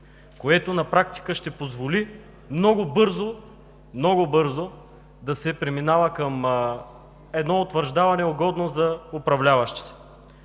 което на практика ще позволи много бързо да се преминава към едно утвърждаване, угодно за управляващите.